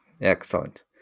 Excellent